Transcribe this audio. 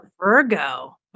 Virgo